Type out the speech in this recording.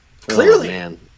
Clearly